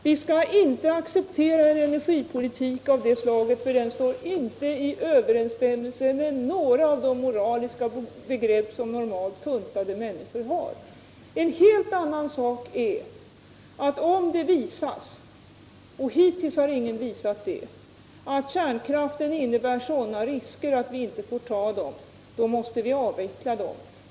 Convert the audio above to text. Vi kan inte acceptera en energipolitik av det slaget, eftersom den inte står i överensstämmelse med några av de moraliska begrepp som normalt funtade människor har. En helt annan sak är att om det kan visas —- hittills har emellertid ingen kunnat visa det — att kärnkraften innebär sådana risker att vi inte får ta dem, måste vi avveckla användningen av kärnkraft.